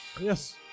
Yes